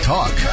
Talk